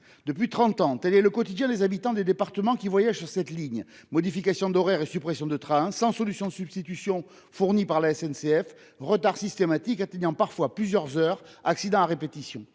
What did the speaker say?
Depuis trente ans, tel est le quotidien des habitants qui utilisent cette ligne : modifications d'horaires et suppressions de trains sans solutions de substitution fournies par la SNCF ; retards systématiques atteignant parfois plusieurs heures ; accidents à répétition.